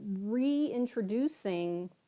reintroducing